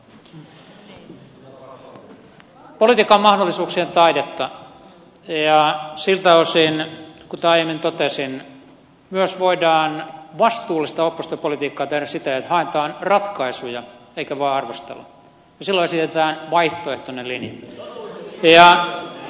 politiikka on mahdollisuuksien taidetta ja siltä osin kuten aiemmin totesin voidaan myös vastuullista oppositiopolitiikkaa tehdä siten että haetaan ratkaisuja eikä vain arvostelua eli silloin esitetään vaihtoehtoinen linja